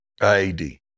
IAD